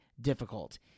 difficult